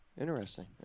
Interesting